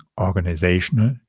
organizational